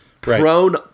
prone